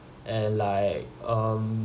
and like um